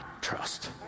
trust